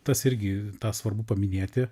tas irgi tą svarbu paminėti